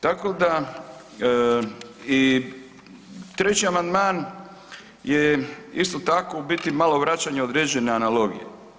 Tako da i treći amandman je isto tako u biti malo vraćanje određene analogije.